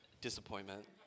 disappointment